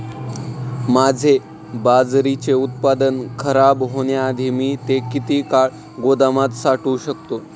माझे बाजरीचे उत्पादन खराब होण्याआधी मी ते किती काळ गोदामात साठवू शकतो?